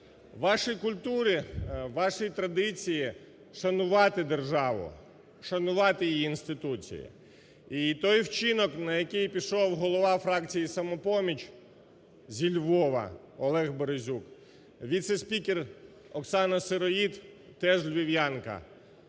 Ваша культура, ваші традиції шанувати державу, шанувати її інституції і той вчинок, на який пішов голова фракції "Самопоміч" зі Львова, Олег Березюк, віце-спікер Оксана Сироїд теж львів'янка